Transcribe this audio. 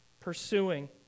pursuing